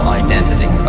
identity